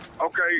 Okay